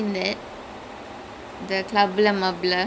mm oh ya I did he